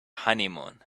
honeymoon